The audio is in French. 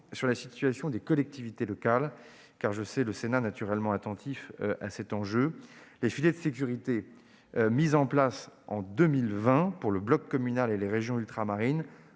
sur la situation des collectivités locales, car je sais le Sénat naturellement attentif à cet enjeu. Les filets de sécurité mis en place en 2020 pour le bloc communal et les régions ultramarines